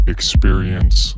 Experience